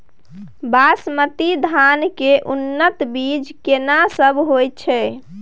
बासमती धान के उन्नत बीज केना सब होयत छै?